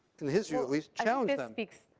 in his view at least, challenge them.